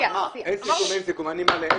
אין סיכום אז אין סיכום.